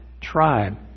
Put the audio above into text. tribe